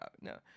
No